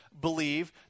believe